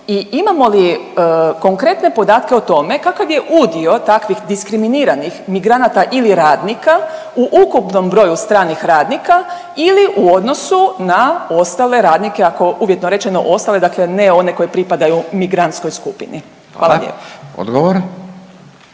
i imamo li konkretne podatke o tome kakav je udio takvih diskriminiranih migranata ili radnika u ukupnom broju stranih radnika ili u odnosu na ostale radnike ako, uvjetno rečeno ostale, dakle ne one koji pripadaju migrantskoj skupini? Hvala lijepo.